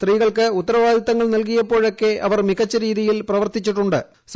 സ്ത്രീകൾക്ക് ഉത്തരവാദിത്തങ്ങൾ നൽകിയപ്പോഴൊക്കെ അവർ മികച്ച രീതിയിൽ പ്രവർത്തിച്ചിട്ടു ്്